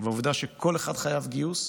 והעובדה שכל אחד חייב גיוס.